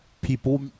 people